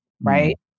right